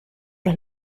los